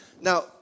Now